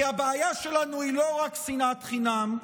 כי הבעיה שלנו היא לא רק שנאת חינם,